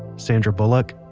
sandra bullock,